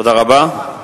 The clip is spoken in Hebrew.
תודה רבה.